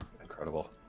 Incredible